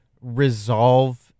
resolve